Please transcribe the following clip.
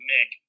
Mick